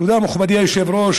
בתורו את ההצעות לכנסת,